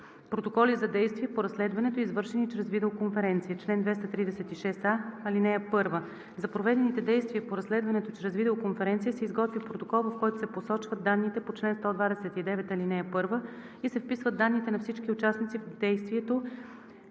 „Протоколи за действия по разследването, извършени чрез видеоконференция Чл. 236а. (1) За проведените действия по разследването чрез видеоконференция се изготвя протокол, в който се посочват данните по чл. 129, ал. 1 и се вписват данните на всички участници в действието